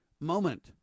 moment